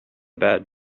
bed